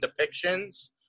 depictions